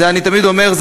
אני תמיד אומר,